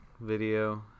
video